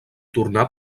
tornar